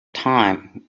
time